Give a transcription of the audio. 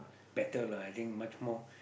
better lah I think much more